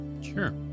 Sure